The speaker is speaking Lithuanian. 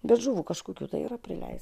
bet žuvų kažkokių tai yra prileista